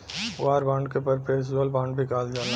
war bond के perpetual bond भी कहल जाला